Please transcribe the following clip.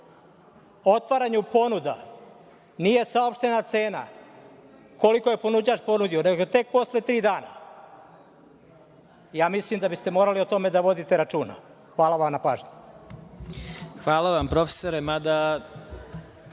otvaranju ponuda nije saopštena cena koliko je ponuđač ponudio, nego tek posle tri dana. Ja mislim da biste morali o tome da vodite računa. Hvala vam na pažnji. **Vladimir Marinković**